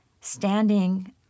standing